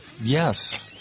Yes